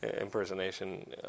impersonation